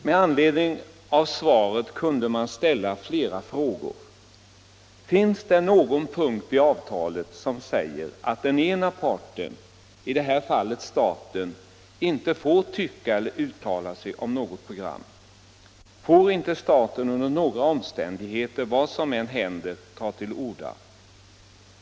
Med anledning av svaret kunde man ställa flera frågor. Finns det någon punkt i avtalet som säger att den ena parten, i det här fallet staten, inte får tycka något eller uttala sig om något program? Får inte staten under några omständigheter, vad som än händer, ta till orda?